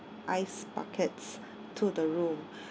ice buckets to the room